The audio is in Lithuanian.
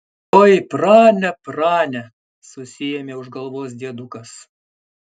oi prane prane susiėmė už galvos diedukas